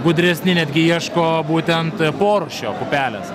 gudresni netgi ieško būtent porūšio pupelės